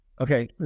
okay